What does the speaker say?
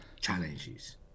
challenges